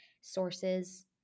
sources